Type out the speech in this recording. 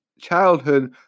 childhood